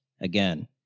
again